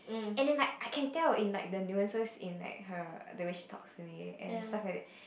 as in like I can tell in like the nuances in like her the way she talks to me and stuffs like that